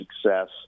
success